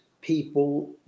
people